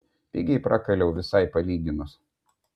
pigiai prakaliau visai palyginus